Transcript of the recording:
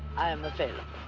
i am available.